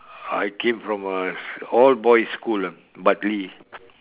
I came from a all boys' school ah Bartley